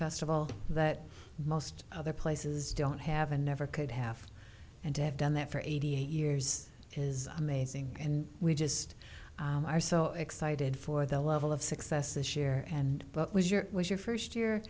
festival that most other places don't have and never could have and to have done that for eighty eight years is amazing and we just are so excited for the level of success this year and book was your was your first year